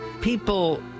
people